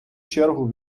чергу